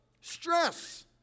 stress